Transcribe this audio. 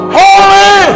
holy